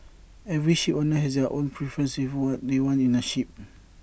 every shipowner has their own preference in what they want in A ship